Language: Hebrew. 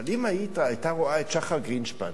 אבל אם היא היתה רואה את שחר גרינשפן